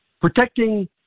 Protecting